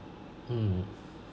mm